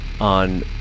on